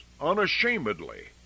unashamedly